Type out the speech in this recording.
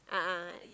a'ah a'ah